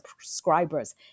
subscribers